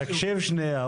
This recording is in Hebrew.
תקשיב שנייה,